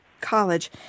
college